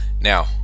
now